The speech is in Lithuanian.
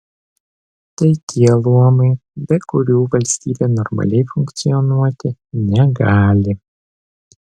tai tie luomai be kurių valstybė normaliai funkcionuoti negali